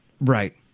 right